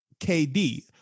KD